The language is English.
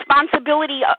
responsibility